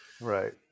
right